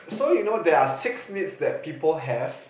so you know there are six needs that people have